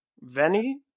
Veni